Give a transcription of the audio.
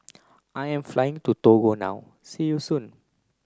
I am flying to Togo now see you soon